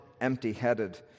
empty-headed